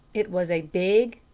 it was a big,